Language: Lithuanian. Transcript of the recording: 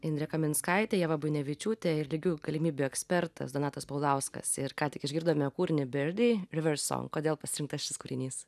indrė kaminskaitė ieva buinevičiūtė ir lygių galimybių ekspertas donatas paulauskas ir ką tik išgirdome kūrinį birdy river song kodėl pasirinktas šis kūrinys